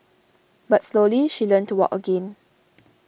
but slowly she learnt to walk again